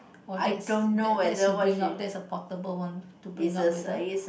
or that's that's to bring out that's a portable one to bring out with the